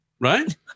right